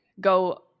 go